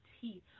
teeth